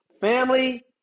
Family